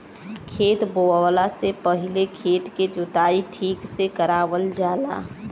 खेत बोवला से पहिले खेत के जोताई ठीक से करावल जाला